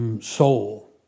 soul